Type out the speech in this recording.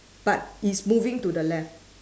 but he's moving to the left